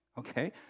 okay